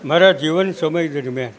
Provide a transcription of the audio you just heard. મારા જીવન સમય દરમિયાન